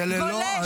אני לא יודע.